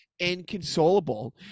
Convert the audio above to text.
inconsolable